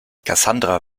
cassandra